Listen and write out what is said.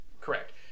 Correct